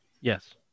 Yes